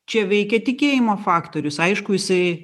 čia veikia tikėjimo faktorius aišku jisai